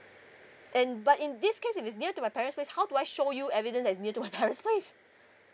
and but in this case if it's near to my parents place how do I show you evidence that it's near to my parents place